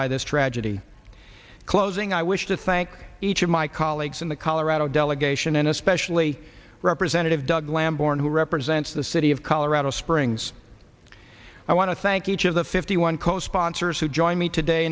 by this tragedy closing i wish to thank each of my colleagues in the colorado delegation and especially representative doug lamborn who represents the city of colorado springs i want to thank each of the fifty one co sponsors who joined me today